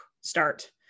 start